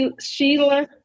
Sheila